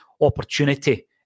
opportunity